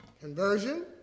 conversion